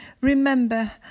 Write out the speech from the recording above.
Remember